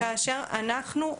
כאשר אנחנו,